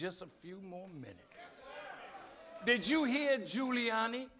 just a few more minutes did you hear giuliani